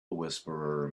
whisperer